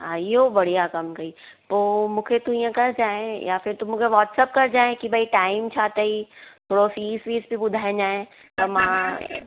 हा इहो बढ़िया कमु कयुई पोइ मूंखे तूं हीअं कजांइ या तूं मूंखे वोट्सप कजांइ की भई टाइम छा अथई थोरो फ़ीस वीस बि ॿुधायजांइ त मां